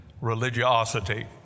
religiosity